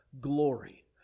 glory